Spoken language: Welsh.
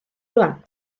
rŵan